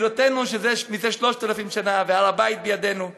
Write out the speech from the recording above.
בירתנו זה 3,000 שנה והר-הבית בידינו,